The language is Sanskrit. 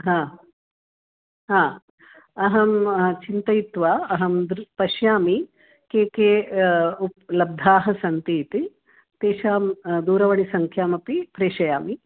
हा हा अहं चिन्तयित्वा अहं दृ पश्यामि के के उ लब्धाः सन्ति इति तेषां दूरवाणीसङ्ख्यामपि प्रेषयामि